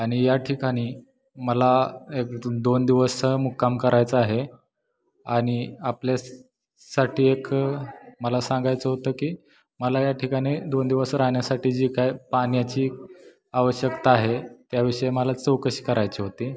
आणि या ठिकाणी मला एक दोन दिवस मुक्काम करायचा आहे आणि आपल्यासाठी एक मला सांगायचं होतं की मला या ठिकाणी दोन दिवस राहण्यासाठी जी काय पाण्याची आवश्यकता आहे त्याविषयी मला चौकशी करायची होती